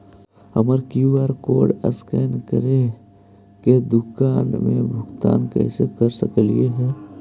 हम QR code scan करके दुकान में भुगतान कैसे कर सकली हे?